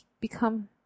become